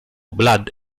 blood